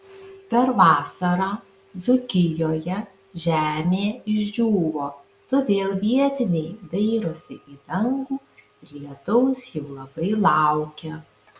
per vasarą dzūkijoje žemė išdžiūvo todėl vietiniai dairosi į dangų ir lietaus jau labai laukia